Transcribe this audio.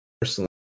personally